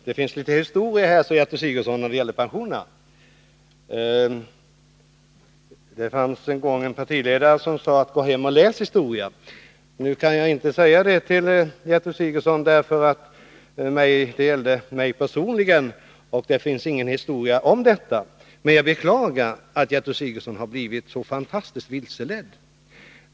Herr talman! Gertrud Sigurdsen sade att det finns litet historia när det gäller pensionerna. Det fanns en gång en partiledare som sade: Gå hem och läs historia! Nu kan jag inte säga så till Gertrud Sigurdsen, eftersom det gällde mig personligen och det inte finns någon historia om saken. Jag beklagar emellertid att Gertrud Sigurdsen har blivit så fantastiskt vilseledd.